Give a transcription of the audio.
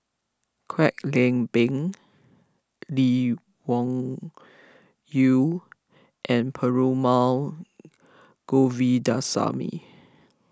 Kwek Leng Beng Lee Wung Yew and Perumal Govindaswamy